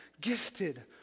gifted